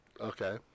Okay